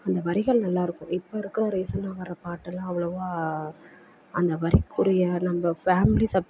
அந்த வரிகள் நல்லாயிருக்கும் இப்போ இருக்கிற ரீசென்னாக வர பாட்டுலாம் அவ்வளோவா அந்த வரிக்குரிய நம்ம ஃபேமிலி சப்